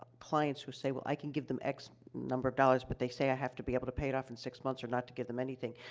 clients who say, well, i can give them x number of dollars, but they say i have to be able to pay it off in six months or not to give them anything.